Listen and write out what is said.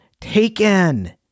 taken